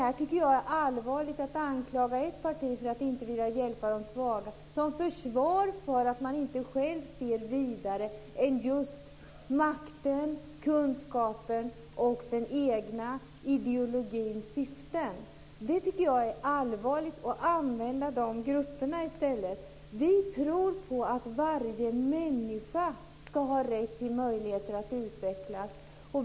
Jag tycker att det är allvarligt att anklaga ett parti för att inte vilja hjälpa de svaga som försvar för att man inte själv ser vidare än just makten, kunskapen och den egna ideologins syften. Det är allvarligt att man i stället använder dessa grupper. Vi tror på att varje människa ska ha rätt till möjligheter att utvecklas.